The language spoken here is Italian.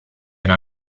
una